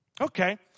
Okay